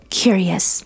curious